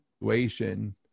situation